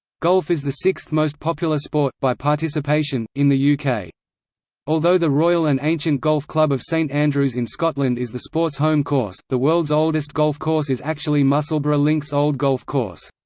golf is the sixth most popular sport, by participation, in the yeah uk. although the royal and ancient golf club of st andrews in scotland is the sport's home course, the world's oldest golf course is actually musselburgh links' old golf course.